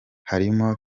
harimo